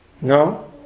No